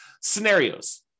scenarios